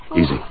Easy